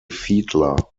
fiedler